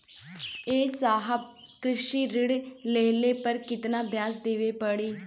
ए साहब कृषि ऋण लेहले पर कितना ब्याज देवे पणी?